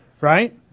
right